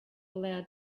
allowed